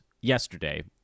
yesterday